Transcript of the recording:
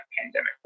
pandemic